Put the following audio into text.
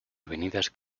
avenidas